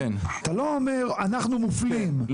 אתה לא אומר אנחנו מופלים?